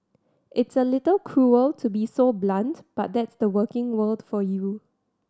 it's a little cruel to be so blunt but that's the working world for you